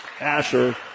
Asher